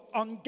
on